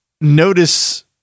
notice